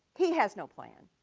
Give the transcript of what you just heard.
he has no plan.